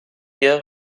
guerre